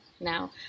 Now